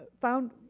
found